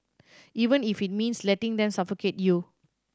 even if it means letting them suffocate you